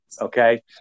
Okay